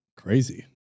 crazy